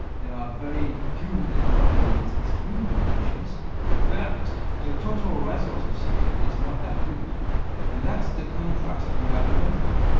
they are very good with coping with these extreme conditions but the total result of safety is not that good and that's the contrast we have in health care.